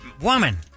woman